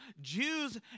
Jews